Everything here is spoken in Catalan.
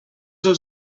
els